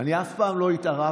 אני אף פעם לא התערבתי,